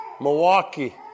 Milwaukee